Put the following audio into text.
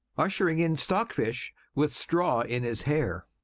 ushering in stockfish, with straw in his hair.